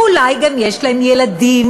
ואולי גם יש להם ילדים,